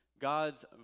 God's